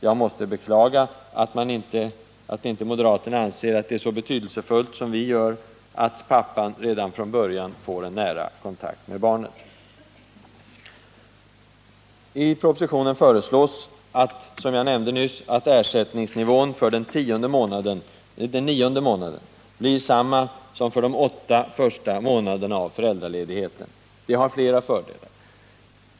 Jag måste beklaga att moderaterna inte anser att det är så betydelsefullt som vi gör att pappan redan från början får en nära kontakt med barnet. I propositionen föreslås, som jag nämnde nyss, att ersättningsnivån för den nionde månaden blir samma som för de åtta första månaderna av föräldraledigheten. Det har flera fördelar.